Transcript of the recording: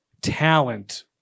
talent